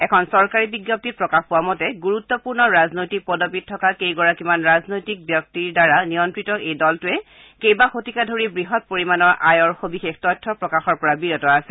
এখন চৰকাৰী বিজ্ঞপ্তিত প্ৰকাশ পোৱা মতে গুৰুত্বপূৰ্ণ ৰাজনৈতিক পদবীত থকা কেইগৰাকীমান ৰাজনৈতিক ব্যক্তিৰ দ্বাৰা নিয়ন্নিত এই দলটোৱে কেইবা শতিকা ধৰি বৃহৎ পৰিমাণৰ আয়ৰ সবিশেষ তথ্য প্ৰকাশৰ পৰা বিৰত আছে